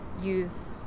use